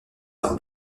par